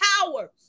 powers